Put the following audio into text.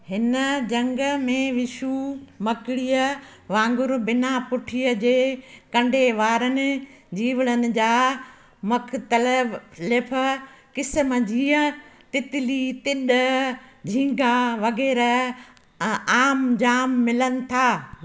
हिन झंग में विच्छूं मकड़ीअ वांगुर बिना पुठीअ जे कंडे वारनि जीवड़न जा मुख़्तलिफ़ क़िस्म जीअं तितली तिॾ झींगा वग़ैरह अ आम झाम मिलन था